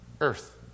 earth